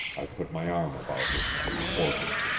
i put my arm about her to support her.